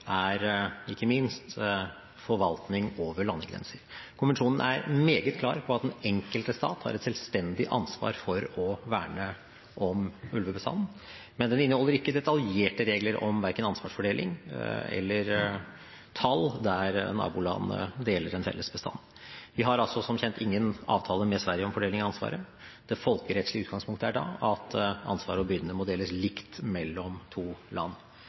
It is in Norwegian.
er ikke minst forvaltning over landegrenser. Konvensjonen er meget klar på at den enkelte stat har et selvstendig ansvar for å verne om ulvebestanden, men den inneholder ikke detaljerte regler om verken ansvarsfordeling eller tall der nabolandene deler en felles bestand. Vi har som kjent ingen avtale med Sverige om fordeling av ansvaret. Det folkerettslige utgangspunktet er da at ansvaret og byrdene må deles likt mellom to land.